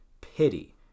pity